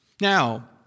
Now